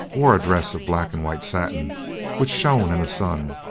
wore a dress of black and white satin which shone in the sun,